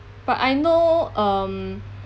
but I know um